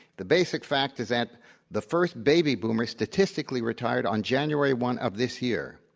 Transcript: the basic fact is that the first baby boomer statistically retired on january one of this year,